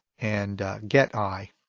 and get i.